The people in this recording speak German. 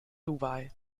dubai